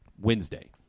Wednesday